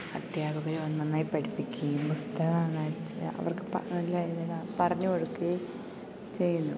അധ്യാപകര് നന്നായി പഠിപ്പിക്കുകയും പുസ്തകമെന്ന് വച്ചാല് അവർക്ക് നല്ലത് പറഞ്ഞുകൊടുക്കുകയും ചെയ്യുന്നു